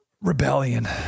Rebellion